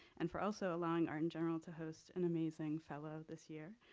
and for also allowing art in general to host an amazing fellow this year,